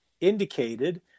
indicated